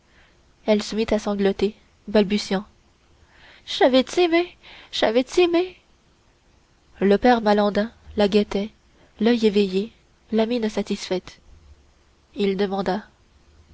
elle se mit à sangloter balbutiant j'savais ti mé j'savais ti mé le père malandain la guettait l'oeil éveillé la mine satisfaite il demanda